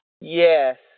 Yes